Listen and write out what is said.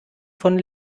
von